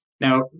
Now